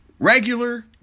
Regular